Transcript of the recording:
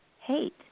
hate